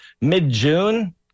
mid-June